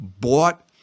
bought